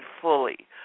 fully